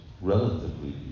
relatively